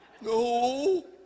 No